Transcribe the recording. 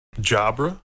Jabra